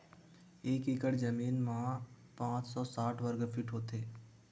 एक एकड़ जमीन मा पांच सौ साठ वर्ग फीट होथे